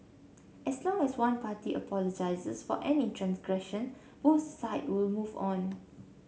as long as one party apologises for any transgression both side will move on